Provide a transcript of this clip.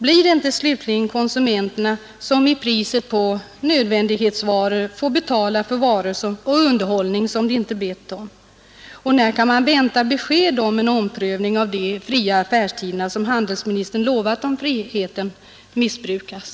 Blir det inte slutligen konsumenterna som i priset på nödvändighetsvaror får betala för varor och underhållning som de aldrig bett om? När kan man vänta besked om en omprövning av de fria affärstiderna, som handelsministern lovat om friheten missbrukas?